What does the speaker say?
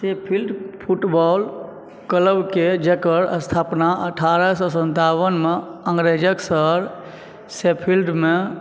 से field football क्लबके जकर स्थापना अठारह सए सन्तावनमे अङ्ग्रेजक सभसँ फिल्डमे